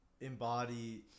embody